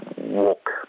walk